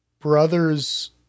brother's